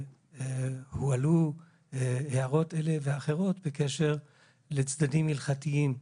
הועלו הערות אלה ואחרות בקשר לצדדים הלכתיים,